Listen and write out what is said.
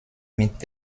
mit